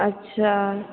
अच्छा